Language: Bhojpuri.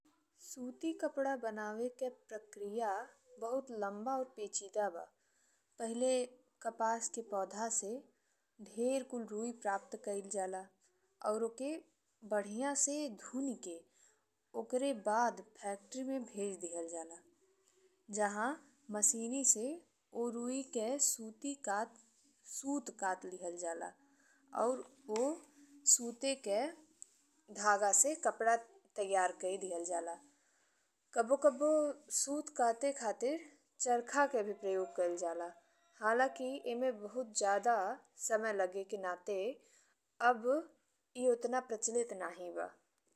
सूती कपड़ा बनावे के प्रक्रिया बहुत लंबा और पेचीदा बा। पहिले कपास के पौधा से ढेर कुल रुई प्राप्त कइल जाला और ओके बढ़िया से धूल के ओकरे बाद फैक्टरी में भेज दीहल जाला जहा मशीन से उ रुई के सूती काट सुत काट दीहल जाला। और उ सुत के धागा से कपड़ा तैयार कइल जाला। कभी-कभी सुत काटे खातिर चरखा के भी प्रयोग कइल जाला हालाकि एमे बहुत जादा समय लागे के नाते अब ए अतना प्रचलित नहीं बा।